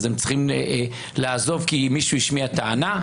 אז הם צריכים לעזוב כי מישהו השמיע טענה?